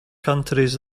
countries